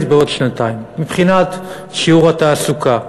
בעוד שנתיים מבחינת שיעור התעסוקה,